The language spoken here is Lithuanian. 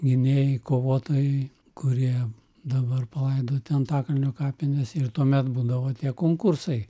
gynėjai kovotojai kurie dabar palaidoti antakalnio kapinėse ir tuomet būdavo tie konkursai